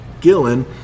Gillen